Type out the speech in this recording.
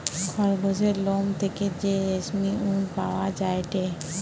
খরগোসের লোম থেকে যে রেশমি উল পাওয়া যায়টে